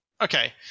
okay